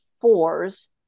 fours